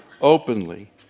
openly